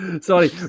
Sorry